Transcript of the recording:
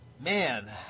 Man